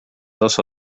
also